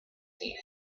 seen